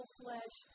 flesh